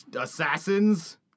assassins